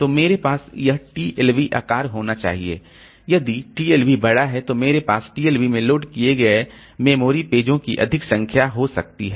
तो मेरे पास यह टीएलबी आकार होना चाहिए यदि टीएलबी बड़ा है तो मेरे पास टीएलबी में लोड किए गए मेमोरी पेजों की अधिक संख्या हो सकती है